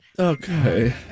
Okay